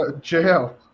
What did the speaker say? jail